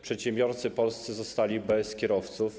Przedsiębiorcy polscy zostali bez kierowców.